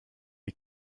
die